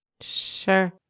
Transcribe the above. Sure